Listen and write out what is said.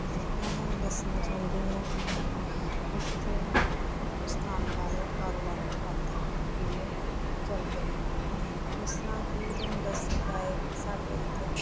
ਮੈਂ ਤੁਹਾਨੂੰ ਦੱਸਣਾ ਚਾਹੁੰਦੀ ਹਾਂ ਕਿੱਥੇ ਸਥਾਨ ਬਾਰੇ ਕਾਰੋਬਾਰਾਂ ਦੇ ਵੱਧਦੇ ਕਿਵੇਂ ਚਲਦੇ ਨੇ ਜਿਸ ਤਰ੍ਹਾਂ ਕਿ ਤੁਹਾਨੂੰ ਦੱਸਿਆ ਜਾਏ ਕਿ ਸਾਡੇ ਇੱਥੇ